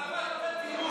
חבר הכנסת ארבל, שנייה.